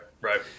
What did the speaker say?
right